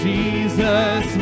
Jesus